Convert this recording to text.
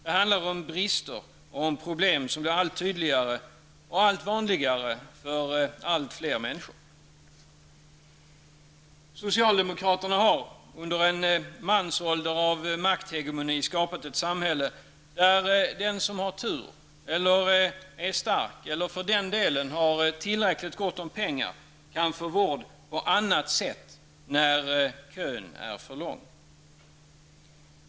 Det handlar om köer, brister och problem som blir allt tydligare och allt vanligare för allt fler människor. Socialdemokraterna har under en mansålder av makthegemoni skapat ett samhälle där den som har tur, är stark eller har tillräckligt gott om pengar kan få vård på annat sätt när kön är för lång.